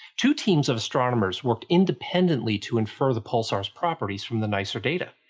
two teams of astronomers worked independently to infer the pulsar's properties from the nicer data.